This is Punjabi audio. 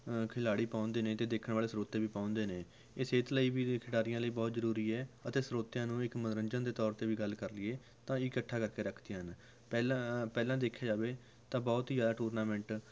ਖਿਲਾੜੀ ਪਹੁੰਚਦੇ ਨੇ ਅਤੇ ਦੇਖਣ ਵਾਲੇ ਸਰੋਤੇ ਵੀ ਪਹੁੰਚਦੇ ਨੇ ਇਹ ਸਿਹਤ ਲਈ ਵੀ ਅਤੇ ਖਿਡਾਰੀਆਂ ਲਈ ਵੀ ਬਹੁਤ ਜ਼ਰੂਰੀ ਹੈ ਅਤੇ ਸਰੋਤਿਆਂ ਨੂੰ ਇੱਕ ਮਨੋਰੰਜਨ ਦੇ ਤੌਰ 'ਤੇ ਵੀ ਗੱਲ਼ ਕਰ ਲਈਏ ਤਾਂ ਇਕੱਠਾ ਕਰਕੇ ਰੱਖਦੀਆਂ ਹਨ ਪਹਿਲਾਂ ਪਹਿਲਾਂ ਦੇਖਿਆ ਜਾਵੇ ਤਾਂ ਬਹੁਤ ਹੀ ਜ਼ਿਆਦਾ ਟੂਰਨਾਮੈਂਟ